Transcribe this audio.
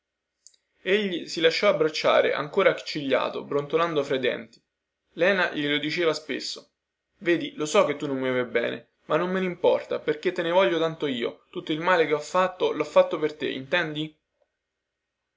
egli si lasciò abbracciare ancora accigliato brontolando fra i denti lena glielo diceva spesso vedi lo so che tu non mi vuoi bene ma non me ne importa perchè te ne voglio tanto io tutto il male che ho fatto lho fatto per te intendi